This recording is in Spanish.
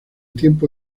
tiempo